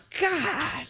God